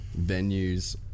venues